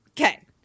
Okay